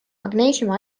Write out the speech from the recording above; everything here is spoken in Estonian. magneesiumi